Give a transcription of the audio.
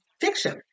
fiction